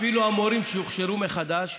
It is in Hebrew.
אפילו המורים שיוכשרו מחדש,